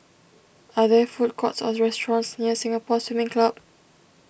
are there food courts or restaurants near Singapore Swimming Club